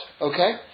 okay